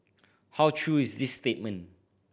how true is this statement